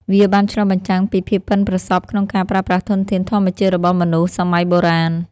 វាបានឆ្លុះបញ្ចាំងពីភាពប៉ិនប្រសប់ក្នុងការប្រើប្រាស់ធនធានធម្មជាតិរបស់មនុស្សសម័យបុរាណ។